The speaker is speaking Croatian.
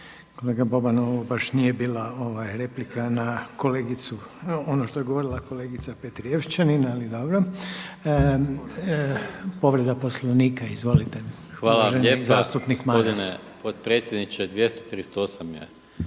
Kolega Boban, ovo baš nije bila replika na kolegicu, ono što je govorila kolegica Petrijevčanin, ali dobro. Povreda Poslovnika, izvolite. Uvaženi zastupnik Maras.